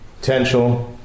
potential